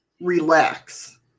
relax